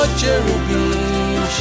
cherubim